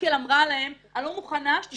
מרקל אמרה להם: אני לא מוכנה שתישמע